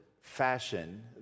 fashion